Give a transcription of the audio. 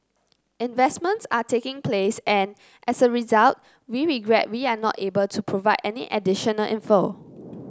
investments are taking place and as a result we regret we are not able to provide any additional info